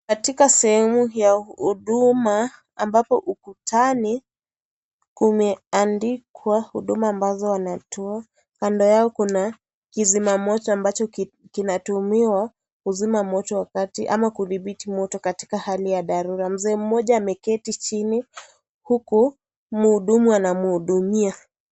Katika sehemu ya huduma ambapo ukutani kumendikwa huduma ambazo wanatoa kando yao kuna kizima moto ambacho kinatumiwa kuzima moto wakati ama kudhibiti moto katika hali ya dharura. Mzee mmoja ameketi chini huku mhudumu anamhudumia.